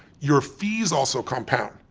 your fees also compound.